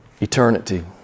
Eternity